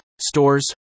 stores